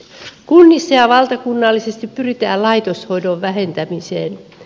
kunnissa ja valtakunnallisesti pyritään laitoshoidon vähentämiseen